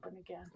again